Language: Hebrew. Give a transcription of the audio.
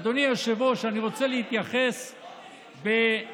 אדוני היושב-ראש, אני רוצה להתייחס בעדינות.